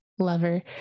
Lover